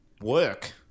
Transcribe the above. work